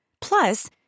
Plus